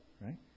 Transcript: right